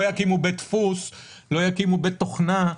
לא יקימו בית דפוס, לא יקימו בית תוכנה.